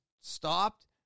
stopped